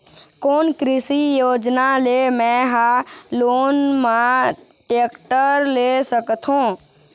कोन कृषि योजना ले मैं हा लोन मा टेक्टर ले सकथों?